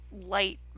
Light